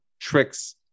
tricks